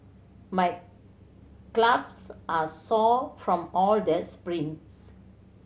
my gloves are sore from all the sprints